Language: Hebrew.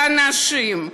לאנשים.